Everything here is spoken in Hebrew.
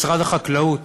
משרד החקלאות